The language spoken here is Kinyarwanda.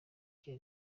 cya